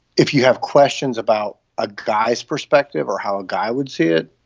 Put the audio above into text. if you have questions about a guy's perspective or how a guy would see it,